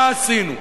מה עשינו?